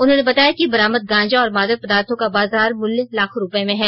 उन्होने बताया कि बरामद गांजा और मादक पदार्थों का बाजार मल्य लाखों रूपये में है